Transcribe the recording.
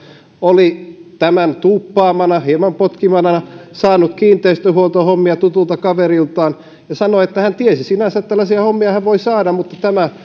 oli tämän tuuppaamana hieman potkimana saanut kiinteistönhuoltohommia tutulta kaveriltaan hän sanoi että hän tiesi sinänsä että tällaisia hommia hän voi saada mutta tämä